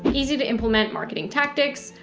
easy to implement marketing tactics,